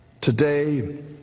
today